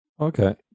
Okay